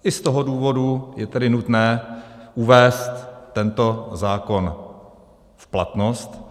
I z toho důvodu je tedy nutné uvést tento zákon v platnost.